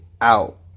out